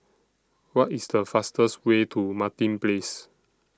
What IS The fastest Way to Martin Place